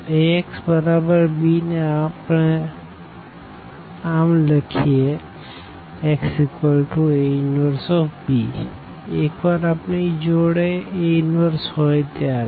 તો Ax બરાબર b ને આપણે આમ લખીએ xA 1b એક વાર અપની જોડે A 1હોઈ ત્યારે